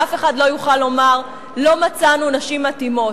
שאף אחד לא יוכל לומר: לא מצאנו נשים מתאימות.